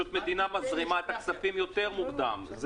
בוקר טוב.